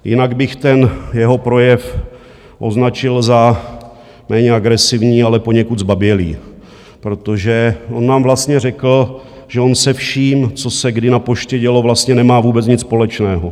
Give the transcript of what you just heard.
Jinak bych ten jeho projev označil za méně agresivní, ale poněkud zbabělý, protože on nám vlastně řekl, že on se vším, co se kdy na Poště dělo, vlastně nemá vůbec nic společného.